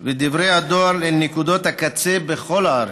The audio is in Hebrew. ודברי הדואר אל נקודות הקצה בכל הארץ.